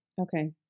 Okay